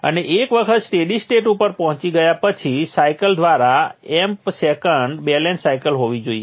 અને એક વખત સ્ટેડી સ્ટેટ ઉપર પહોંચી ગયા પછી સાયકલ દ્વારા એમ્પ સેકન્ડ બેલેન્સ સાઇકલ હોવી જોઈએ